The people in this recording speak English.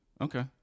Okay